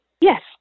Yes